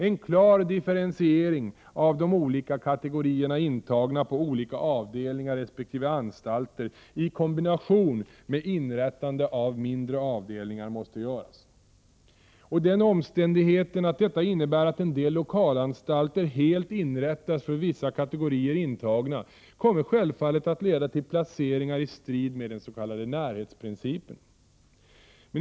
En klar differentiering av de olika kategorierna intagna på olika avdelningar resp. anstalter i kombination med inrättande av mindre avdelningar måste göras. Den omständigheten att detta innbär att en del lokalanstalter helt inrättas för vissa kategorier intagna kommer självfallet att leda till placeringaristrid med den s.k. närhetsprincipen.